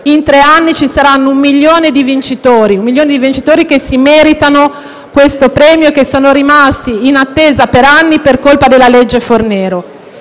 in tre anni ci saranno un milione di vincitori che si meritano questo premio; persone che sono rimaste in attesa per anni per colpa della legge Fornero.